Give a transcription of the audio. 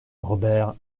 robert